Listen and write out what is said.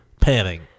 panning